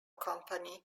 company